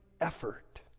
effort